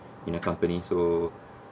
in a company so